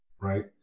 right